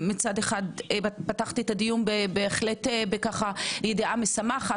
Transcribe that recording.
פתחתי את הדיון בידיעה משמחת,